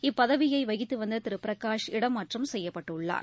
இப்பதவியைவகித்துவந்ததிருபிரகாஷ் இடமாற்றம் செய்யப்பட்டுள்ளார்